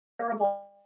terrible